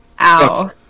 ow